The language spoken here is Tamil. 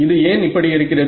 இது ஏன் இப்படி இருக்கிறது